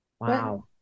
Wow